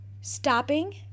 stopping